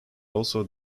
also